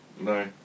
No